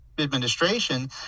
administration